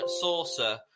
saucer